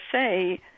say